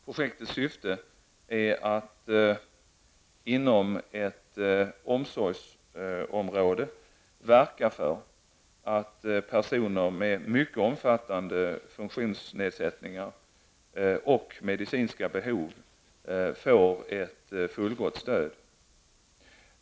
Projektets syfte är att inom ett omsorgsområde verka för att personer med mycket omfattande funktionsnedsättningar och medicinska behov får ett fullgott stöd.